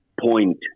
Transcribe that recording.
point